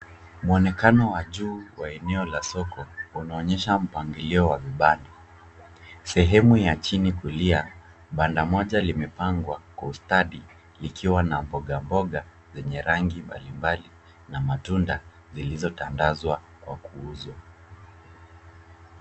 Mwonekano wa juu wa eneo la soko unaonyesha mpangalio wa vibanda. Sehemu ya chini kulia banda moja limepangwa kwa ustadi likiwa na mboga mboga zenye rangi mbalimbali na matunda zilizotandazwa kwa kuuzwa.